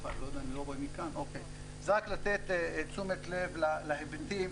רק לתת תשומת לב להיבטים,